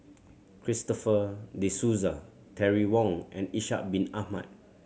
Christopher De Souza Terry Wong and Ishak Bin Ahmad